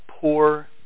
poor